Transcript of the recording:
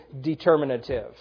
determinative